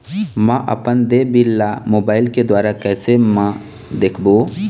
म अपन देय बिल ला मोबाइल के द्वारा कैसे म देखबो?